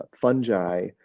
fungi